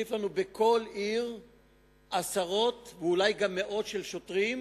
שיוסיף לנו בכל עיר עשרות ואולי גם מאות של שוטרים,